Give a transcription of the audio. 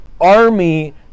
army